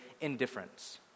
indifference